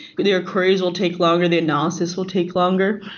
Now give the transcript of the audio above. the accrues will take longer, the analysis will take longer,